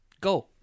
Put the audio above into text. Go